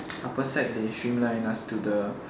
upper sec they streamline us to the